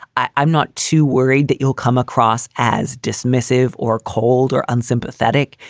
i'm not too worried that you'll come across as dismissive or cold or unsympathetic.